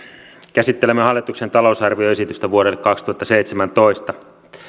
käsittelemme hallituksen talousarvioesitystä vuodelle kaksituhattaseitsemäntoista